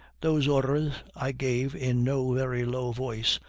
those orders i gave in no very low voice,